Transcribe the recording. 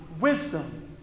wisdom